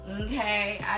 Okay